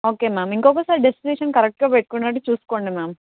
okay ma'am ఇంకొకసారి destination కరక్ట్గా పెట్టుకునేటట్టు చూసుకోండి మ్యామ్